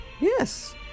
Yes